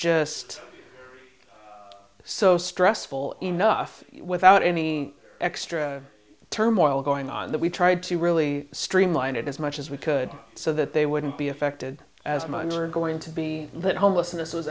just so stressful enough without any extra turmoil going on that we tried to really streamline it as much as we could so that they wouldn't be affected as mine are going to be that homelessness was